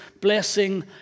blessing